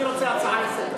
אני רוצה הצעה לסדר,